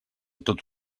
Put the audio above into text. tot